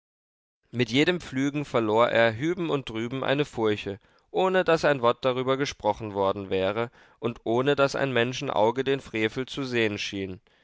mit jedem pflügen verlor er hüben und drüben eine furche ohne daß ein wort darüber gesprochen worden wäre und ohne daß ein menschenauge den frevel zu sehen schien